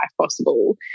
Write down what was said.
possible